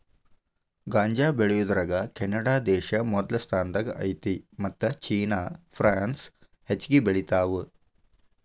ಗಾಂಜಾ ಬೆಳಿಯುದರಾಗ ಕೆನಡಾದೇಶಾ ಮೊದಲ ಸ್ಥಾನದಾಗ ಐತಿ ಮತ್ತ ಚೇನಾ ಪ್ರಾನ್ಸ್ ಹೆಚಗಿ ಬೆಳಿತಾವ